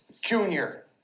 Junior